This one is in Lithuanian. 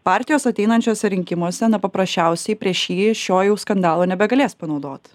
partijos ateinančiuose rinkimuose na paprasčiausiai prieš jį šio jau skandalo nebegalės panaudot